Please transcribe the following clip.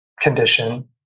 condition